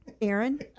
Aaron